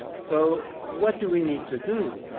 so what do we need to do,